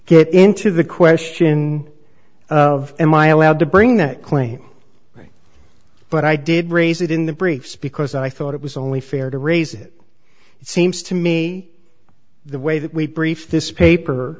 get into the question of am i allowed to bring that claim but i did raise it in the briefs because i thought it was only fair to raise it it seems to me the way that we brief this paper